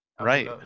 Right